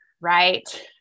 Right